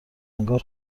انگار